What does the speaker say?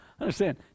Understand